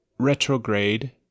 Retrograde